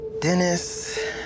Dennis